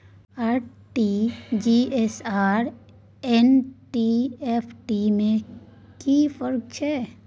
RTG S आर NEFT में कि फर्क छै?